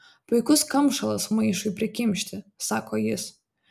puikus kamšalas maišui prikimšti sako jis